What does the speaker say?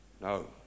No